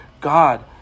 God